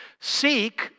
Seek